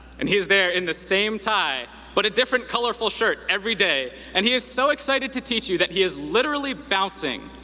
and he is there in the same tie but a different colorful shirt every day, and he is so excited to teach you that he is literally bouncing.